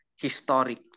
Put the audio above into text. historic